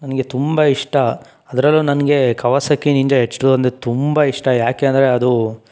ನನಗೆ ತುಂಬ ಇಷ್ಟ ಅದರಲ್ಲೂ ನನಗೆ ಕವಸಕಿ ನಿಂಜ ಎಚ್ ಟೂ ಅಂದರೆ ತುಂಬ ಇಷ್ಟ ಯಾಕೆ ಅಂದರೆ ಅದು